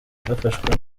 bafashwa